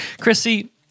Chrissy